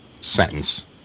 sentence